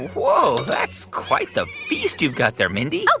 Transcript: whoa. that's quite the feast you've got there, mindy oh.